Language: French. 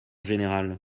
général